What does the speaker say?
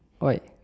why